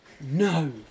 No